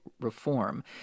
reform